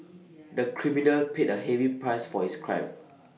the criminal paid A heavy price for his crime